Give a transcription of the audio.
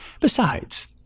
Besides